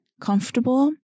comfortable